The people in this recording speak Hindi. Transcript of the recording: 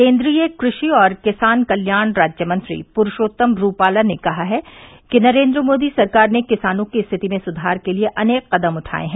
केन्द्रीय कृषि और किसान कल्याण राज्यमंत्री पुरूषोत्तम रूपाला ने कहा है कि नरेन्द्र मोदी सरकार ने किसानों की स्थिति में सुधार के लिए अनेक कदम उठाये हैं